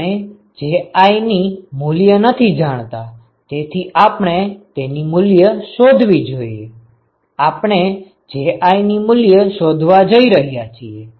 આપણે Ji ની મૂલ્ય નથી જાણતા તેથી આપણે તેની મૂલ્ય શોધવી છે આપણે Ji ની મૂલ્ય શોધવા જઈ રહ્યા છીએ